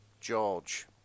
George